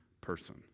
person